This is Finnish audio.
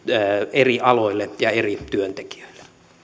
eri aloille ja eri työntekijöille